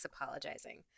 apologizing